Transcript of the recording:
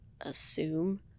assume